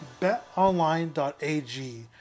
BetOnline.ag